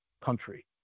country